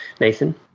Nathan